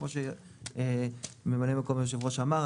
כמו שממלא מקום היושב ראש אמר,